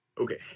Okay